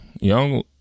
young